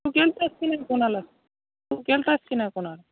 तू केला होतास की नाही कोणाला तू केला होतास की नाही कोणाला